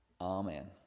Amen